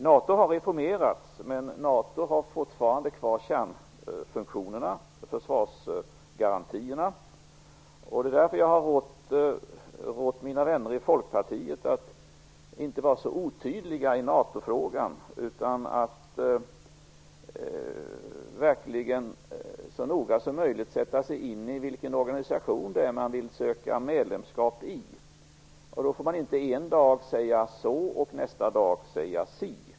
NATO har reformerats, men NATO har fortfarande kvar sina kärnfunktioner, försvarsgarantierna. Därför har jag rått mina vänner i Folkpartiet att inte vara så otydliga i NATO-frågan. I stället gäller det att verkligen så noga som möjligt sätta sig in i vilken organisation det är som man vill söka medlemskap i. Då får man inte ena dagen säga si och nästa dag säga så.